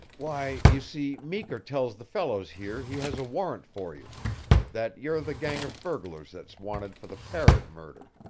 why, you see, meeker tells the fellows here he has a warrant for you that you're the gang of burglars that's wanted for the parrott murder.